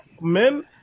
men